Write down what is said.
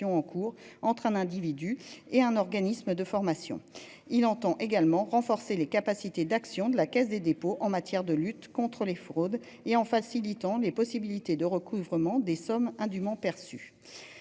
en cours entre un individu et un organisme de formation. Il entend également renforcer les capacités d'action de la Caisse des dépôts en matière de lutte contre les fraudes et en facilitant les possibilités de recouvrement des sommes indûment perçues.